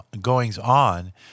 goings-on